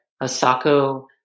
Asako